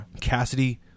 Cassidy